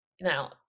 Now